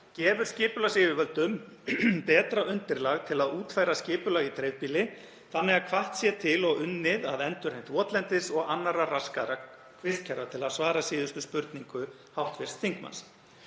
gefur skipulagsyfirvöldum betra undirlag til að útfæra skipulag í dreifbýli þannig að hvatt sé til og unnið að endurheimt votlendis og annarra raskaðra vistkerfa, til að svara síðustu spurningu hv. þingmanns.